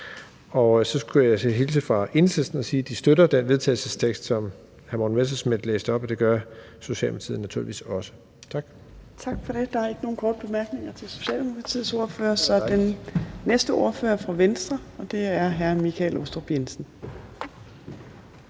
Og så skulle jeg hilse fra Enhedslisten og sige, at de støtter det forslag til vedtagelse, som hr. Morten Messerschmidt læste op, og det gør Socialdemokratiet naturligvis også. Tak. Kl. 15:20 Fjerde næstformand (Trine Torp): Tak for det. Der er ikke nogen korte bemærkninger til Socialdemokratiets ordfører. Den næste ordfører er fra Venstre, og det er hr. Michael Aastrup Jensen.